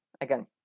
again